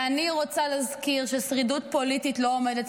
אני רוצה להזכיר ששרידות פוליטית לא עומדת